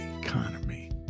economy